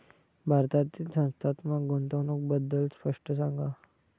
भारतातील संस्थात्मक गुंतवणूक बद्दल स्पष्ट सांगा